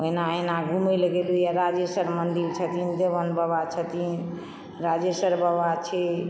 अहिना अहिना घुमयलऽ गेलु राजेश्वर मन्दिर छथिन देवन बाबा छथिन राजेश्वर बाबा छै